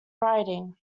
writing